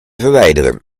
verwijderen